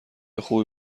خوبی